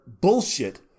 bullshit